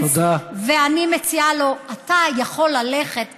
ואני מציעה לו: אתה יכול ללכת,